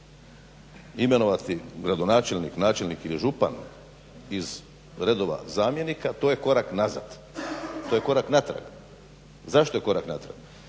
imenovati gradonačelnik, načelnik ili župan iz redova zamjenika to je korak nazad, to je korak natrag. Zašto je korak natrag?